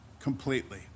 completely